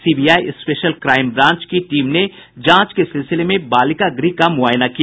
CBI special crime branch की team ने जांच के सिलसिले में बालिका गृह का मुआयना किया